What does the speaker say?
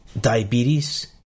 diabetes